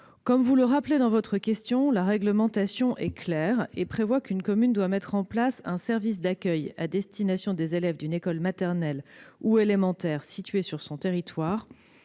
Comme vous l'avez souligné, la réglementation est claire : une commune doit mettre en place un service d'accueil à destination des élèves d'une école maternelle ou élémentaire située sur son territoire